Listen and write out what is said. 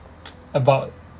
about